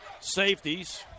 safeties